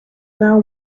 now